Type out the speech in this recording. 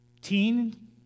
teen